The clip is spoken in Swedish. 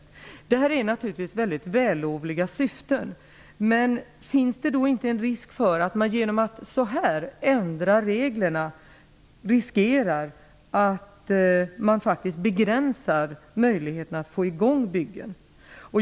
Detta är naturligtvis mycket vällovliga syften, men finns det inte en risk för att man genom att ändra reglerna riskerar att begränsa möjligheterna att få i gång byggen?